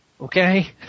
Okay